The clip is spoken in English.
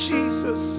Jesus